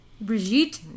Brigitte